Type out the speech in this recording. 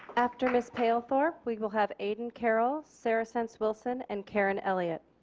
after ms. pailthorp we will have aidan carroll, sarah sense-wilson and karen elliott.